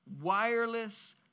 wireless